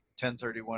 1031